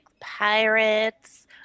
pirates